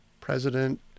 president